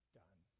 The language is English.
done